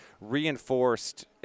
reinforced